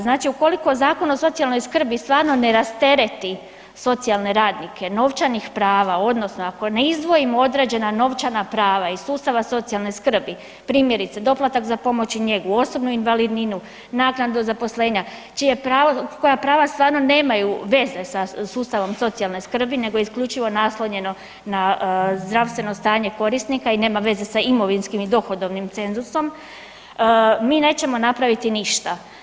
Znači ukoliko Zakon o socijalnoj skrbi stvarno ne rastereti socijalne radnike novčanih prava odnosno ako ne izdvojimo određena novčana prava iz sustava socijalne skrbi, primjerice doplatak za pomoć i njegu, osobnu invalidninu, naknadu zaposlenja, koja prava stvarno nemaju veze sa sustavom socijalne skrbi nego je isključivo naslonjeno na zdravstveno stanje korisnika i nema veza sa imovinskim i dohodovnim cenzusom, mi nećemo napraviti ništa.